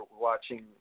watching